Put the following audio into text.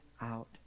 out